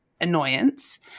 annoyance